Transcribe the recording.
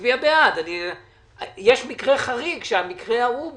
מצביע בעד יש מקרה חריג שהמקרה ההוא,